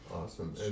awesome